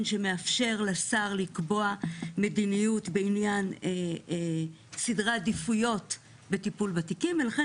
שמאפשר לשר לקבוע מדיניות בעניין סדרי עדיפויות בטיפול בתיקים לכן